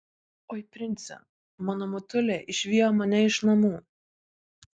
oi prince mano motulė išvijo mane iš namų